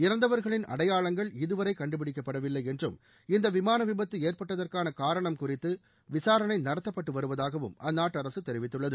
இறந்தவர்களின் அடையாளங்கள் இதுவரை கண்டுபிடிக்கப்படவில்லை என்றும் இந்த விமான விபத்து ஏற்பட்டதற்கான காரணம் குறித்து விசாரணை நடத்தப்பட்டு வருவதாகவும் அந்நாட்டு அரசு தெரிவித்துள்ளது